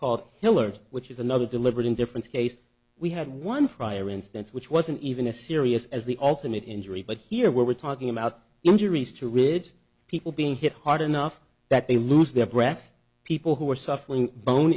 called fillers which is another deliberate indifference case we had one prior instance which wasn't even a serious as the ultimate injury but here we're talking about injuries to ridge people being hit hard enough that they lose their breath people who were suffering bone